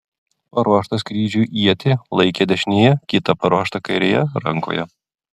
paruoštą skrydžiui ietį laikė dešinėje kitą paruoštą kairėje rankoje